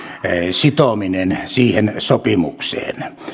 sitominen siihen sopimukseen